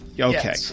Okay